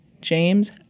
James